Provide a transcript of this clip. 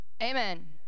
amen